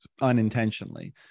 unintentionally